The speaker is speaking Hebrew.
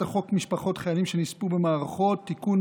חוק משפחות חיילים שנספו במערכה (תיקון,